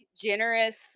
generous